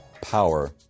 Power